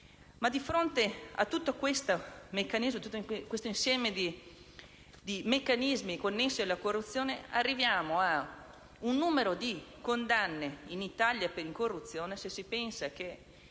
Ma di fronte a tutto questo insieme di meccanismi connessi alla corruzione, abbiamo un numero minimo di condanne in Italia per corruzione. Si pensi che